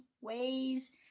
ways